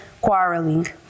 quarreling